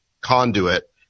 conduit